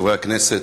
חברי הכנסת,